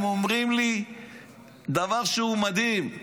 הם אומרים לי דבר שהוא מדהים,